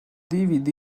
dvd